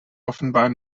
offenbar